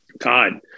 God